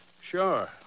Sure